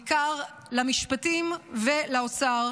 בעיקר למשפטים ולאוצר,